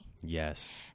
Yes